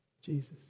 Jesus